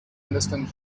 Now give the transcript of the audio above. understand